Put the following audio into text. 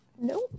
Nope